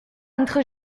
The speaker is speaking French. entre